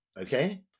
okay